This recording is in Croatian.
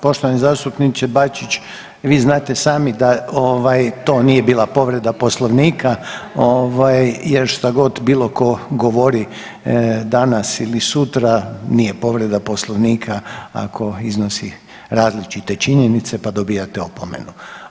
Poštovani zastupniče Bačić vi znate sami da ovaj to nije bila povreda Poslovnika jer šta god bilo tko govori danas ili sutra nije povreda Poslovnika ako iznosi različite činjenice, pa dobijate opomenu.